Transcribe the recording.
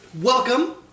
Welcome